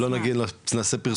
לא נעשה פרסום,